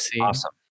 Awesome